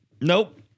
Nope